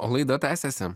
o laida tęsiasi